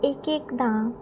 एक एकदां